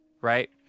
right